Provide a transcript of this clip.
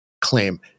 claim